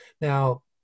Now